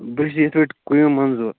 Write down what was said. بہٕ چھُس ییٚتہِ پٮ۪ٹھ قیوم منظور